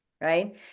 right